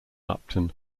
upton